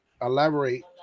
elaborate